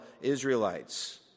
Israelites